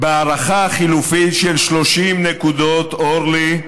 בהערכה החלופית של 30 נקודות, אורלי,